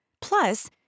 Plus